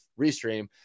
restream